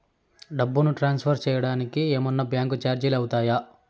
డబ్బును ట్రాన్స్ఫర్ సేయడానికి ఏమన్నా బ్యాంకు చార్జీలు అవుతాయా?